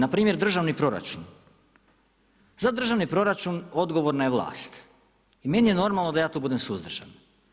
Na primjer državni proračun, za državni proračun odgovorna je vlast i meni je normalno da ja tu budem suzdržan.